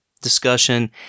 discussion